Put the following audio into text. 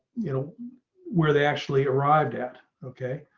you know where they actually arrived at. okay,